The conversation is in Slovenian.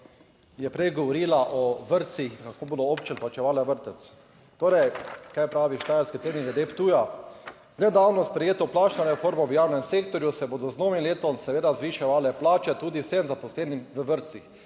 je prej govorila o vrtcih, kako bodo občine plačevale vrtec. Torej, kaj pravi Štajerski teden glede Ptuja? Z nedavno sprejeto plačno reformo v javnem sektorju se bodo z novim letom seveda zviševale plače tudi vsem zaposlenim v vrtcih.